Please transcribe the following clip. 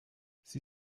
sie